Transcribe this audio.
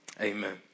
Amen